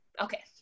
Okay